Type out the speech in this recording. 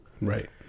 Right